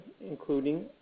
including